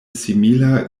simila